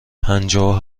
پنجاه